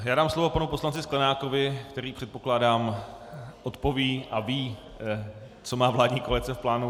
Já dám slovo panu poslanci Sklenákovi, který předpokládám ví a odpoví, co má vládní koalice v plánu.